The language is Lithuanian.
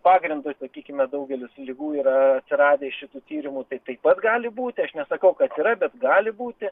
pagrindu sakykime daugelis ligų yra atsiradę iš šitų tyrimų tai taip pat gali būti aš nesakau kad yra bet gali būti